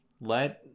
let